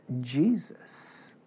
Jesus